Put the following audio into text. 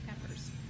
peppers